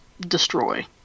destroy